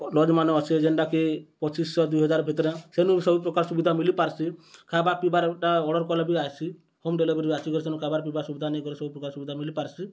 ଲଜ୍ମାନେ ଅଛେ ଯେନ୍ଟାକି ପଚିଶ୍ଶ ଦୁଇହଜାର୍ ଭିତ୍ରେ ସେନୁ ବି ସବୁ ପ୍ରକାର୍ ସୁବିଧା ମିଲିପାର୍ସି ଖାଏବା ପିଇବାର୍ଟା ଅର୍ଡ଼ର୍ କଲେ ବି ଆଏସି ହୋମ୍ ଡେଲିଭରି ବି ଆସିକରି ସେନୁ ଖାଏବାର୍ ପିଇବାର୍ ସୁବିଧା ନେଇକରି ସବୁପ୍ରକାର୍ ସୁବିଧା ମିଲିପାର୍ସି